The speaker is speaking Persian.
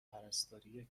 پرستاری